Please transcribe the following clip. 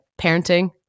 Parenting